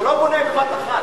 הוא לא בונה בבת-אחת.